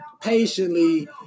patiently